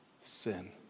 sin